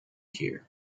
here